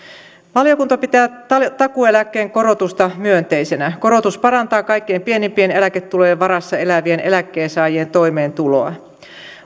valiokunta pitää takuueläkkeen korotusta myönteisenä korotus parantaa kaikkein pienimpien eläketulojen varassa elävien eläkkeensaajien toimeentuloa